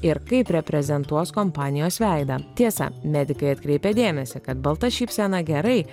ir kaip reprezentuos kompanijos veidą tiesa medikai atkreipia dėmesį kad balta šypsena gerai